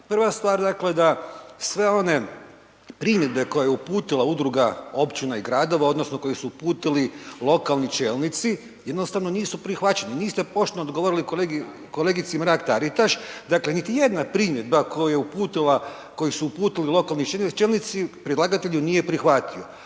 Prva stvar dakle da sve one primjedbe koje je uputila udruga općina i gradova odnosno koju su uputili lokalni čelnici, jednostavno nisu prihvaćeni, niste pošteno odgovorili kolegici Mrak-Taritaš. Dakle niti jedna primjedba koju je uputila, koju su uputili lokalni čelnici predlagatelj ju nije prihvatio.